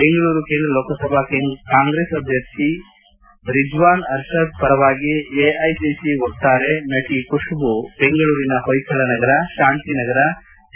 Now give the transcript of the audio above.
ಬೆಂಗಳೂರು ಕೇಂದ್ರ ಲೋಕಸಭಾ ಕಾಂಗ್ರೆಸ್ ಅಭ್ಯರ್ಥಿ ರಿಜ್ವಾನ್ ಅರ್ಷದ್ ಪರವಾಗಿ ಎಐಸಿಸಿ ವಕ್ತಾರೆ ನಟಿ ಖುಘುಬು ಬೆಂಗಳೂರಿನ ಹೊಯ್ಲಳ ನಗರ ತಾಂತಿನಗರ ಸಿ